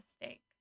mistake